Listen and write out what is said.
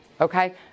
okay